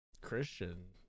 Christian